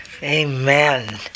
Amen